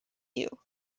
you